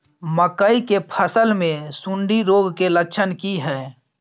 मकई के फसल मे सुंडी रोग के लक्षण की हय?